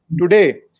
Today